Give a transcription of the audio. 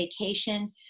vacation